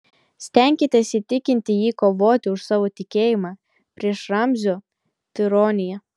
stenkitės įtikinti jį kovoti už savo tikėjimą prieš ramzio tironiją